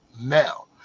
now